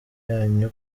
yanyu